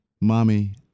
Mommy